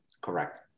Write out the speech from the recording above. Correct